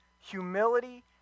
humility